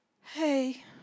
Hey